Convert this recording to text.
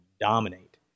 dominate